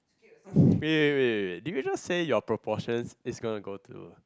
wait wait wait wait did you just say your proportions is going to go to